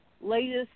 latest